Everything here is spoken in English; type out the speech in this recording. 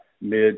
mid